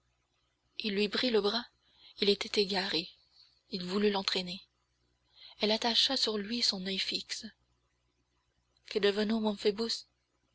il lui prit le bras il était égaré il voulut l'entraîner elle attacha sur lui son oeil fixe qu'est devenu mon